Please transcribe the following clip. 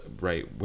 right